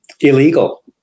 illegal